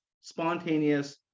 spontaneous